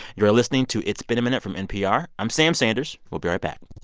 you're listening to it's been a minute from npr. i'm sam sanders. we'll be right back